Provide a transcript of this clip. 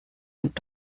und